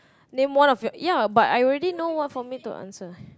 name one of your ya but I already know one for me to answer